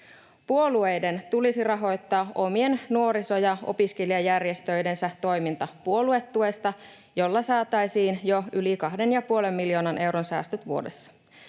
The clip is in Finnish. Puolueiden tulisi rahoittaa omien nuoriso- ja opiskelijajärjestöidensä toiminta puoluetuesta, jolla saataisiin jo yli 2,5 miljoonan euron säästöt vuodessa.